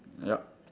yup